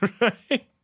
right